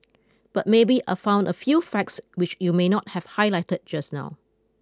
but maybe I found a few facts which you may not have highlighted just now